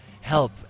help